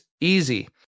easy